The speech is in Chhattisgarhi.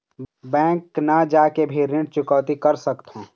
बैंक न जाके भी ऋण चुकैती कर सकथों?